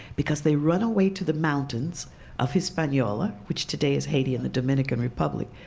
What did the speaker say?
because they run away to the mountains of hispaniola, which today is haiti and the dominican republic,